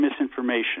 misinformation